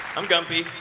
i'm gamby.